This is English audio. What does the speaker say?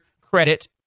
credit